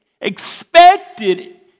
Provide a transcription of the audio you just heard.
expected